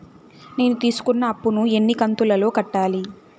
నేను తీసుకున్న అప్పు ను ఎన్ని కంతులలో కట్టాలి?